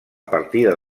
partida